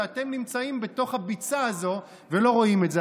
ואתם נמצאים בתוך הביצה הזאת ולא רואים את זה.